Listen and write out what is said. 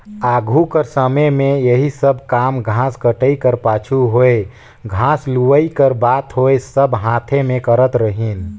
आघु कर समे में एही सब काम घांस कटई कर पाछू होए घांस लुवई कर बात होए सब हांथे में करत रहिन